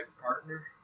partner